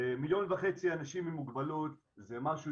מיליון וחצי אנשים עם מוגבלות זה משהו